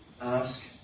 Ask